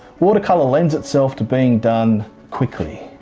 watercolour lends itself to being done quickly.